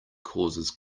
causes